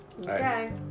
Okay